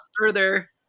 further